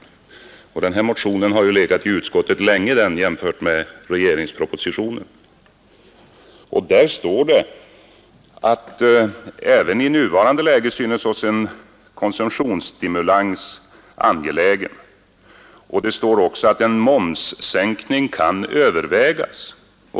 Jämfört med regeringspropositionen har ju den motionen legat länge i utskottet. I motionen står att även i nuvarande läge synes oss en konsumtionsstimulans angelägen. Där står också att en momssänkning kan övervägas.